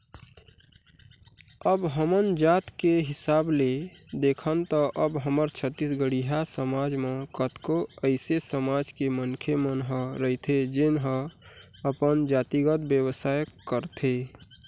अब हमन जात के हिसाब ले देखन त अब हमर छत्तीसगढ़िया समाज म कतको अइसे समाज के मनखे मन ह रहिथे जेन ह अपन जातिगत बेवसाय करथे